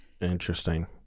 interesting